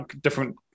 different